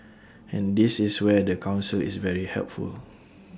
and this is where the Council is very helpful